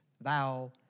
thou